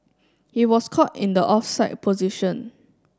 he was caught in the offside position